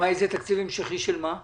תקציב המשכי של מה?